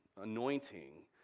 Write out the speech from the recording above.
anointing